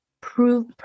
prove